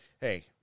hey